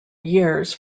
years